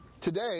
today